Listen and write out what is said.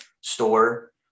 store